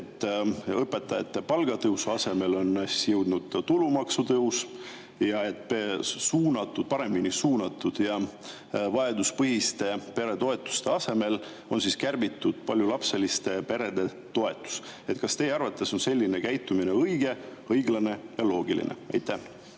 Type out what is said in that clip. õpetajate palgatõusu asemele on tulnud tulumaksu tõus ning paremini suunatud ja vajaduspõhiste peretoetuste asemel on kärbitud paljulapseliste perede toetust. Kas teie arvates on selline käitumine õige, õiglane ja loogiline? Aitäh!